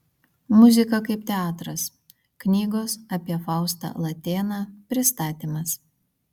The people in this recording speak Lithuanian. muzika kaip teatras knygos apie faustą latėną pristatymas